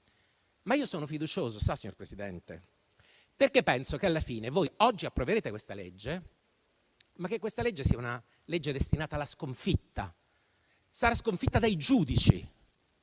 Ma io sono fiducioso, sa, signor Presidente, perché penso che alla fine voi oggi approverete questa legge, ma essa sarà destinata alla sconfitta. Sarà sconfitta dai giudici.